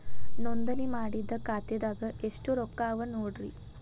ನೋಂದಣಿ ಮಾಡಿದ್ದ ಖಾತೆದಾಗ್ ಎಷ್ಟು ರೊಕ್ಕಾ ಅವ ನೋಡ್ರಿ